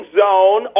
zone